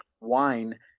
wine